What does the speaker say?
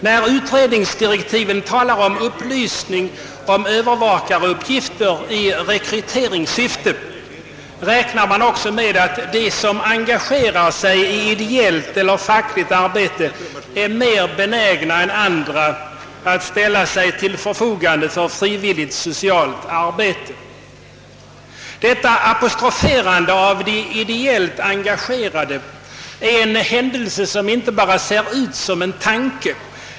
När utredningsdirektiven talar om upplysning om Öövervakareuppgifter i rekryteringssyfte räknar man också med att de som engagerar sig i ideellt eller fackligt arbete är mer benägna än andra att ställa sig till förfogande för frivilligt socialt arbete. Detta apostroferande av de ideellt engagerade är en händelse som inte bara ser ut som en tanke.